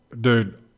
Dude